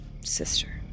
Sister